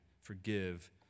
forgive